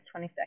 22nd